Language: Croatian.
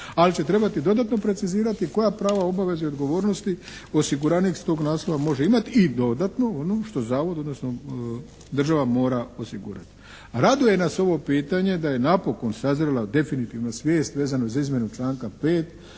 ali će trebati dodatno precizirati koja prava, obaveze i odgovornosti osiguranik s tog naslova može imati i dodatno, ono što Zavod, odnosno država mora osigurati. Raduje nas ovo pitanje da je napokon sazrjela definitivno svijest vezano za izmjenu članka 5.